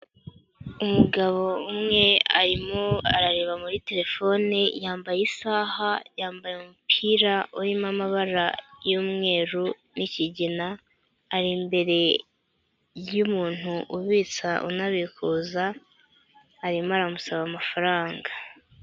Umugabo umwe arimo arareba muri terefone yambaye isaha yambaye umupira urimo amabara y'umweru n'ikigina, ari imbere yumuntu ubitsa unabikuza arimo aramusaba amafaranga.